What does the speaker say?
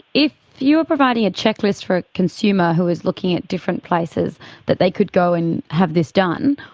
if you're providing a checklist for a consumer who was looking at different places that they could go and have this done,